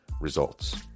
Results